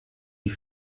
die